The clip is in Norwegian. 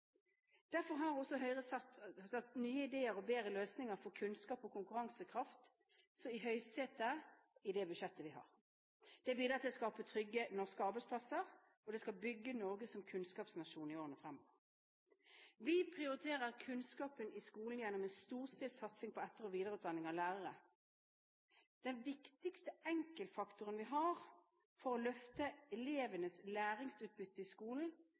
Derfor har Høyre i sitt budsjett satt nye ideer og bedre løsninger for kunnskap og konkurransekraft i høysetet. Det bidrar til å skape trygge norske arbeidsplasser, og det skal bygge Norge som kunnskapsnasjon i årene fremover. Vi prioriterer kunnskap i skolen gjennom en storstilt satsing på etter- og videreutdanning av lærere. Den viktigste enkeltfaktoren vi har for å løfte elevenes læringsutbytte i skolen,